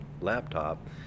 laptop